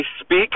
speak